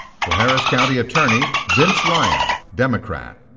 for harris county attorney vince ryan, democrat.